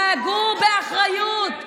תתנהגו באחריות.